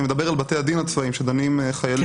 אני מדבר על בתי הדין הצבאיים שדנים חיילים,